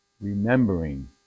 remembering